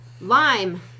lime